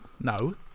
No